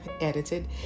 edited